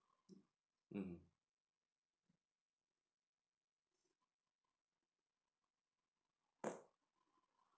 mmhmm